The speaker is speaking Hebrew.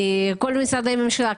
כל משרדי הממשלה,